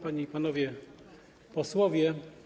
Panie i Panowie Posłowie!